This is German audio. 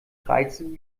reizen